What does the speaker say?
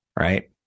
right